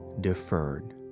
deferred